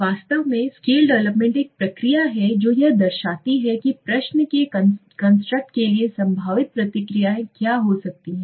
वास्तव में scale development एक प्रक्रिया है जो यह दर्शाती हैं की प्रश्न के कंस्ट्रक्ट के लिए संभावित प्रतिक्रियाएं क्या हो सकती है